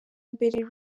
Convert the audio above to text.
mbere